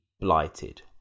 blighted